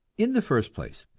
in the first place,